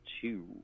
two